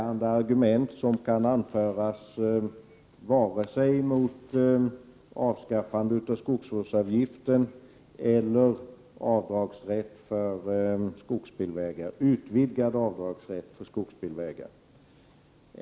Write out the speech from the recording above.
1988/89:124 bärande argument vare sig mot ett avskaffande av skogsvårdsavgiften eller 30 maj 1989 när det gäller en utvidgad rätt till avdrag för byggande av skogsbilvägar.